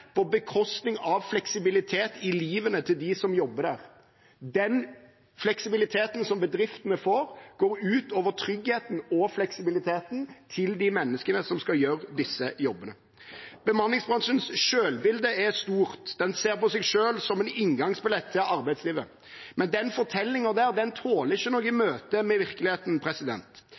på bekostning av fleksibilitet i livet til dem som jobber der. Den fleksibiliteten som bedriftene får, går ut over tryggheten og fleksibiliteten til de menneskene som skal gjøre disse jobbene. Bemanningsbransjens selvbilde er stort. Den ser på seg selv som en inngangsbillett til arbeidslivet. Men den fortellingen tåler ikke et møte med virkeligheten.